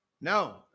No